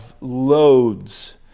loads